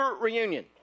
Reunion